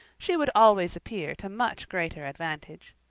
she would always appear to much greater advantage.